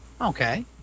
Okay